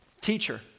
teacher